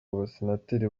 abasenateri